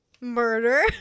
murder